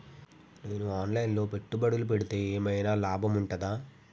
నేను online లో పెట్టుబడులు పెడితే ఏమైనా లాభం ఉంటదా?